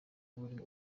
buri